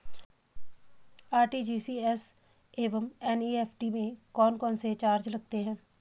RTGS एवं NEFT में कौन कौनसे चार्ज लगते हैं?